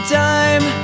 time